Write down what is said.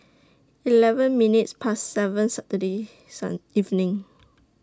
eleven minutes Past seven Saturday Sun evening